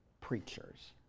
preachers